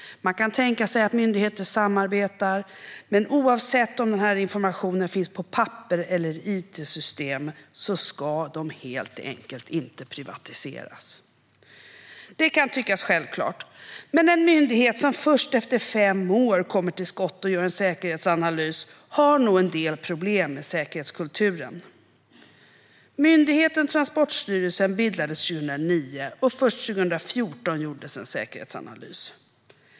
Man kan tänka sig att myndigheter samarbetar, men oavsett om informationen finns på papper eller i it-system ska den helt enkelt inte privatiseras. Detta kan tyckas självklart, men en myndighet som först efter fem år kommer till skott och gör en säkerhetsanalys har nog en del problem med säkerhetskulturen. Myndigheten Transportstyrelsen bildades 2009, men först 2014 gjordes en säkerhetsanalys.